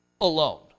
Alone